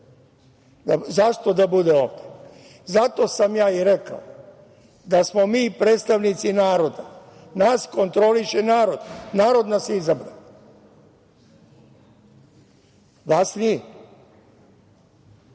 ovde.Zašto da bude ovde? Zato sam ja i rekao, da smo mi predstavnici naroda, nas kontroliše nas, narod nas je izabrao, vas nije.